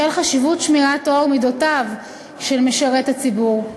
בשל חשיבות שמירת טוהר מידותיו של משָׁרת הציבור,